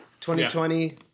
2020